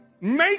make